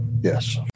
Yes